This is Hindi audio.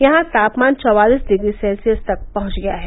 यहां तापमान चौवालीस डिग्री सेल्सियस तक पहंच गया है